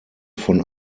von